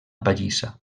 pallissa